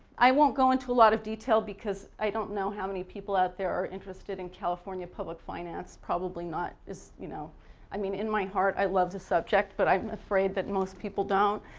i won't go into a lot of detail because i don't know how many people out there are interested in california public finance, probably not, you know i mean, in my heart i love the subject but i'm afraid that most people don't,